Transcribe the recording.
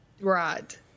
Right